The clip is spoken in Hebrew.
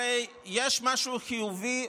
הרי יש משהו חיובי,